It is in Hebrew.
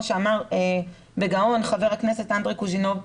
שאמר בגאון חבר הכנסת אנדרי קוז'ינוב.